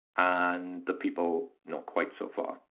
and the people not quite so far.